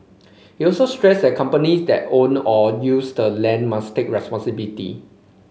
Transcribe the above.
he also stressed that companies that own or use the land must take responsibility